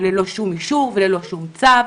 ללא שום אישור וללא שום צו.